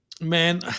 man